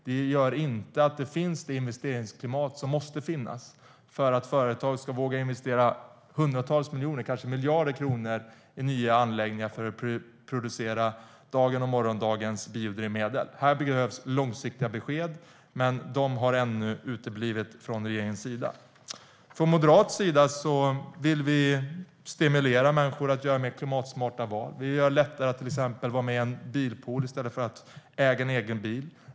Det gör att det inte finns det investeringsklimat som måste finnas för att företag ska våga investera hundratals miljoner, kanske miljarder, kronor i nya anläggningar för att producera dagens och morgondagens biodrivmedel. Här behövs långsiktiga besked, men de har ännu så länge uteblivit från regeringen. Moderaterna vill stimulera människor att göra mer klimatsmarta val. Vi gör det till exempel lättare att vara med i en bilpool i stället för att äga egen bil.